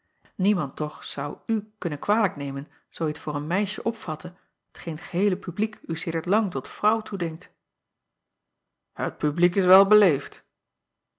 niemand toch zou u kunnen kwalijk nemen zoo je t voor een meisje opvatte t geen het geheele publiek u sedert lang tot vrouw toedenkt et publiek is wel beleefd